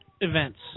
events